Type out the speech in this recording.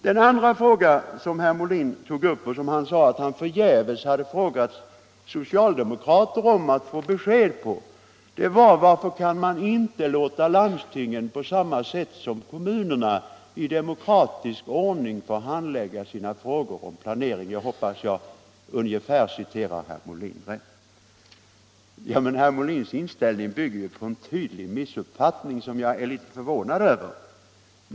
Den andra frågan som herr Molin tog upp och som han sade att han förgäves försökt få besked från socialdemokraterna om var följande: Varför kan man inte låta landstingen på samma sätt som kommunerna i demokratisk ordning få handlägga sina frågor och sin planering? Jag hoppas att jag återger herr Molins fråga något så när riktigt. Men herr Molins inställning bygger ju på en tydlig missuppfattning, som jag är mycket förvånad över.